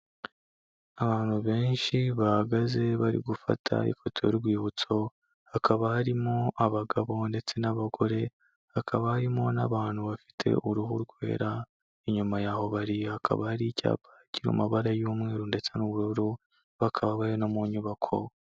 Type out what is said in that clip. Abantu benshi bahagaze bari gufata ifoto y'urwibutso, hakaba harimo abagabo ndetse n'abagore, hakaba harimo n'abantu bafite uruhu rwera, inyuma yaho bari hakaba hari icyapa kiri mu mabara y'umweru ndetse n'ubururu, bakaba bari no mu nyubako.